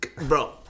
Bro